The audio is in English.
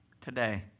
today